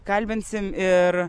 kalbinsim ir